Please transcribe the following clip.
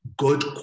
good